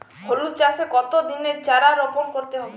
হলুদ চাষে কত দিনের চারা রোপন করতে হবে?